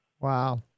Wow